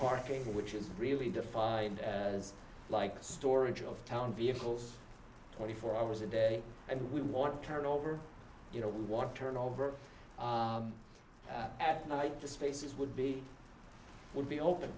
parking which is really defined as like a storage of town vehicles twenty four hours a day and we want to turn over you know we want to turn over at night the spaces would be would be open